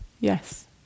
Yes